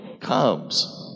comes